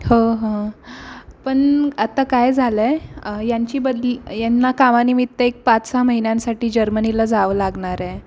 हो हो पण आत्ता काय झालं आहे यांची बदली यांना कामानिमित्त एक पाच सहा महिन्यांसाठी जर्मनीला जावं लागणार आहे